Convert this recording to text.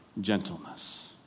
gentleness